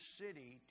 city